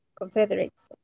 Confederates